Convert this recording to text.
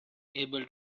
able